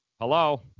Hello